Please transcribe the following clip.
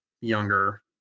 younger